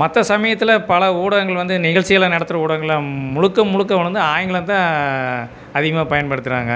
மற்ற சமயத்தில் பல ஊடகங்கள் வந்து நிகழ்ச்சிகளை நடத்துகிற ஊடகங்கள்லாம் முழுக்க முழுக்க கொண்டு வந்து ஆங்கிலம் தான் அதிகமாக பயன்படுத்துறாங்க